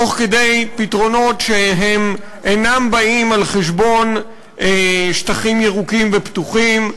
תוך כדי פתרונות שאינם באים על חשבון שטחים ירוקים ופתוחים,